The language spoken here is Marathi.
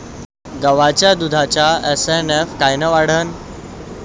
गायीच्या दुधाचा एस.एन.एफ कायनं वाढन?